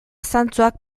zantzuak